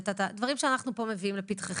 דברים שאנחנו מביאים לפתחכם.